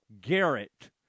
Garrett